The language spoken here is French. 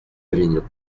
avignon